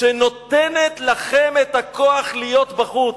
שנותנת לכם את הכוח להיות בחוץ.